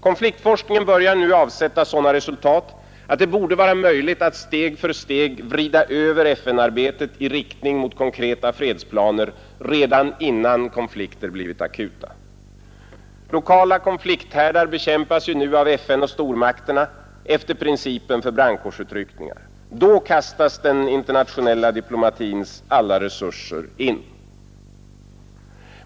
Konfliktforskningen börjar nu avsätta sådana resultat att det borde vara möjligt att steg för steg vrida över FN-arbetet i riktning mot konkreta fredsplaner redan innan konflikter blivit akuta. Lokala konflikthärdar bekämpas nu av FN och stormakterna efter principen för brandkårsutryckningar. Då kastas den internationella diplomatins alla resurser in.